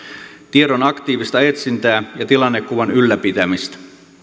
tiedon aktiivista etsintää ja tilannekuvan ylläpitämistä